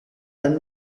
dan